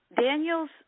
Daniel's